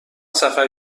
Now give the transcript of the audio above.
سفر